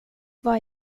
vad